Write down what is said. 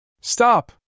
Stop